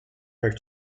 her